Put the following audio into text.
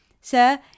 sir